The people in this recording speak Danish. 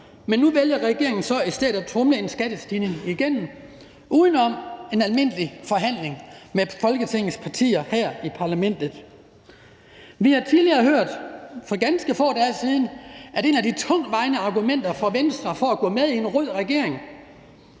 men nu vælger regeringen så i stedet at tromle en skattestigning igennem uden om en almindelig forhandling med Folketingets partier her i parlamentet. Vi har tidligere fået, for ganske få dage siden, en klar og utvetydig melding om, at en af de tungtvejende argumenter for Venstre for at gå med i en rød regering